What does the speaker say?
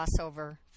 crossover